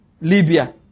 Libya